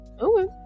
Okay